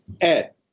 Ed